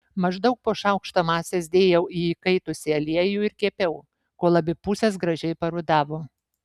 maždaug po šaukštą masės dėjau į įkaitusį aliejų ir kepiau kol abi pusės gražiai parudavo